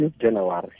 January